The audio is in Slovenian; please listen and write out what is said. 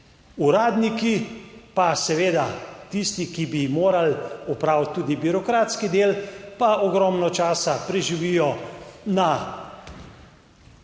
uradniki pa seveda tisti, ki bi morali opraviti tudi birokratski del, pa ogromno časa preživijo na